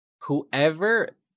whoever